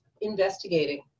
investigating